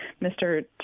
Mr